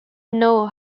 know